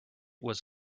was